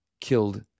killed